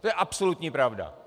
To je absolutní pravda.